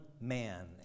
man